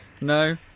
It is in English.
No